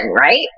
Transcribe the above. right